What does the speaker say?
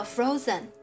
Frozen